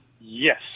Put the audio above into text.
Yes